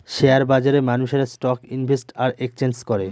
share বাজারে মানুষেরা stock invest আর এক্সচেঞ্জ করে